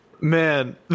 Man